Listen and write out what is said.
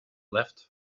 left